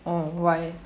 ugh why